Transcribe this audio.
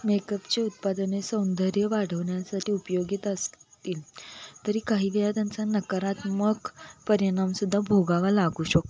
मेकअपचे उत्पादने सौंदर्य वाढवण्यासाठी उपयोगी असतील तरी काही वेळा त्यांचा नकारात्मक परिणाम सुद्धा भोगावा लागू शकतो